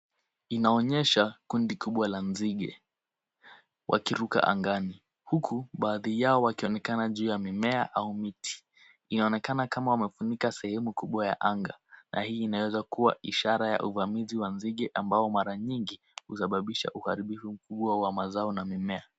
Inaonyesha kundi kubwa la nzige. wakiruka angani huku baadhi yao wakionekana juu ya mimea au mti inaonekana kama wamefunika sehemu kubwa ya anga na hii inaweza kuwa ishara ya uvamize wa nzige ambao mara nyingi husababisha uharibifu mkubwa wa mazao na mimea.